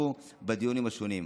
שהשתתפו בדיונים השונים,